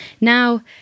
Now